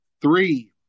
Three